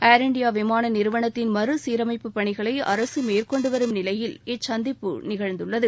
ள் இந்தியா விமான நிறுவனத்தின் மறுசீரமைப்பு பணிகளை அரசு மேற்கொண்டுவரும் நிலையில் இச்சந்திப்பு நிகழ்ந்துள்ளது